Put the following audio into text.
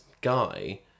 guy